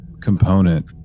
component